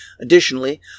Additionally